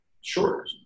sure